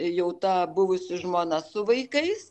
jau ta buvusi žmona su vaikais